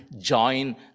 join